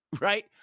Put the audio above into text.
right